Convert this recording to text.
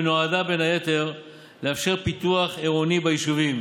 ונועדה בין היתר לאפשר פיתוח עירוני ביישובים